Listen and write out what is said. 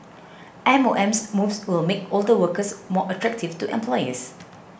M O M's moves will make older workers more attractive to employers